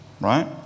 right